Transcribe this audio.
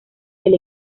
del